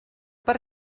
per